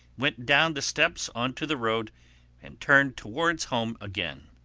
went down the steps on to the road and turned towards home again.